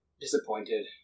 disappointed